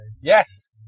Yes